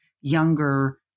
younger